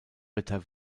ritter